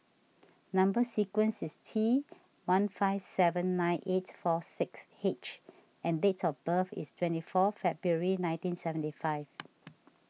Number Sequence is T one five seven nine eight four six H and date of birth is twenty four February nineteen seventy five